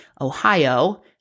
Ohio